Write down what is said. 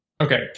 Okay